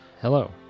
Hello